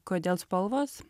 kodėl spalvos